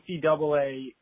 NCAA